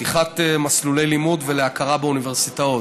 לפתיחת מסלולי לימוד ולהכרה באוניברסיטאות.